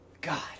God